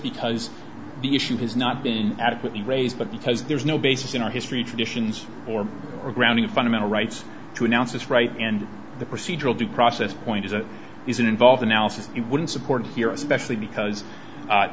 because the issue has not been adequately raised but because there's no basis in our history traditions or grounding in fundamental rights to announce this right in the procedural due process point is it isn't involved analysis you wouldn't support here especially because